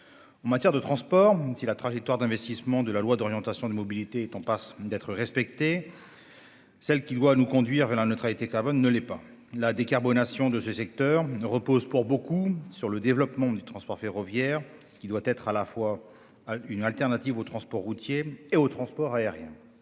En matière de transports, si la trajectoire d'investissements de la loi d'orientation des mobilités est en passe d'être respectée, celle qui doit nous conduire vers la neutralité carbone ne l'est pas. La décarbonation de ce secteur repose pour beaucoup sur le développement du transport ferroviaire, qui doit être une solution de rechange à la fois au transport routier et au transport aérien.